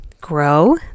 grow